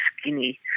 skinny